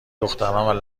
دختران